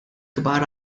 kbar